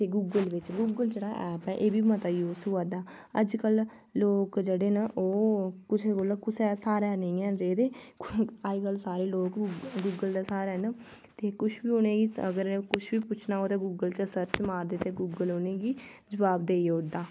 ते गूगल विच्च गूगल जेह्ड़ा ऐप्प ऐ एह् बी मता यूज़ होआ दा अजकल लोक जेह्ड़े न ओह् कुसै कोला कुसै दे स्हारै निं हैन रेह् दे अजकल सारे लोक गूगल दे स्हारे न ते कुछ बी उ'नेंगी अगर कुछ बी पुच्छना होऐ ते गूगल च सर्च मारदे ते गूगल उ'नेंगी जवाब देई ओड़दा